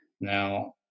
Now